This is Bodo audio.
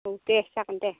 औ देह जागोन दे